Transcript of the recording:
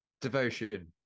Devotion